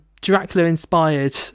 Dracula-inspired